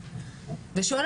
כמו שכבר